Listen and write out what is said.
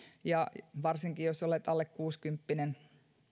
ja varsinkin jos olet alle kuusikymppinen